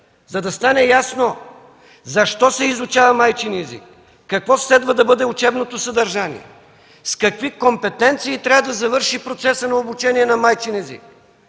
за да стане ясно защо се изучава майчиният език, какво следва да бъде учебното съдържание, с какви компетенции трябва да завърши процесът на обучение на майчиния език?